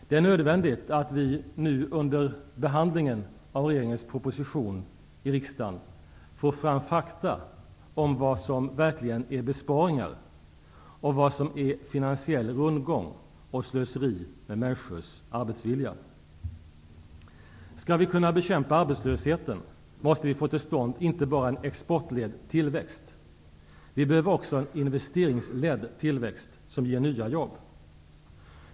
Det är nödvändigt att vi under behandlingen av regeringens proposition i riksdagen får fram fakta om vad som verkligen är besparingar och vad som är finansiell rundgång och slöseri med människors arbetsvilja. Skall vi kunna bekämpa arbetslösheten måste vi få till stånd inte bara en exportledd tillväxt. Vi behöver också en investeringsledd tillväxt, som ger nya jobb.